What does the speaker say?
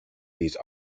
these